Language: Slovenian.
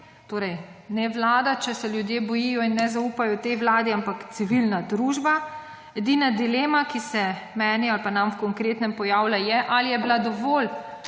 Torej ne vlada, če se ljudje bojijo in ne zaupajo tej vladi, ampak civilna družba. Edina dilema, ki se meni ali pa nam v Poslanski skupini Konkretno pojavlja, je, ali je bila dovolj